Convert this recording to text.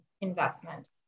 investment